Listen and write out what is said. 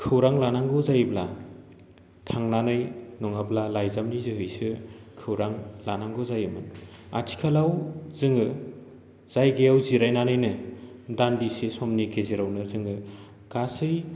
खौरां लानांगौ जायोब्ला थांनानै नङाब्ला लाइजामनि जोहैसो खौरां लानांगौ जायोमोन आथिखालाव जोङो जायगायाव जिरायनानैनो दान्दिसे समनि गेजेरावनो जोङो गासै